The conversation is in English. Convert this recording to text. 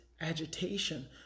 agitation